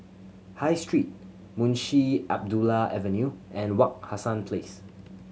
High Street Munshi Abdullah Avenue and Wak Hassan Place